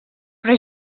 però